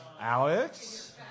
Alex